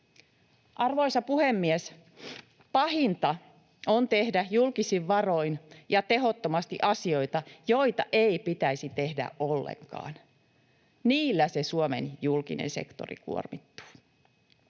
Arvoisa puhemies! Pahinta on tehdä julkisin varoin ja tehottomasti asioita, joita ei pitäisi tehdä ollenkaan. Niillä se Suomen julkinen sektori kuormittuu.